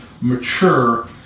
mature